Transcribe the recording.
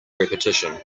repetition